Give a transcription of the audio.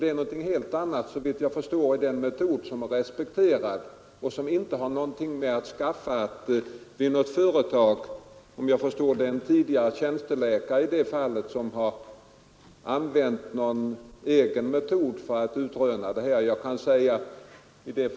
Det är något helt annat, såvitt jag förstår, och har inte något att skaffa med den metod som, om jag fattat det rätt, en tidigare tjänsteläkare vid ett företag använt.